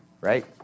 right